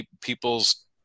people's